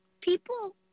People